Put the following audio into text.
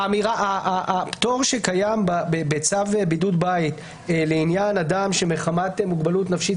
הפטור שקיים בצו בידוד בית לעניין אדם שמחמת מוגבלות נפשית,